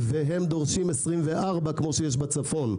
והם דורשים 24 כפי שיש בצפון.